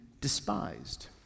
despised